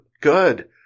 good